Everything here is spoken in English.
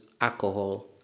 alcohol